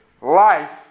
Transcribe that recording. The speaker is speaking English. life